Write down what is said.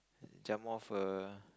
jump off a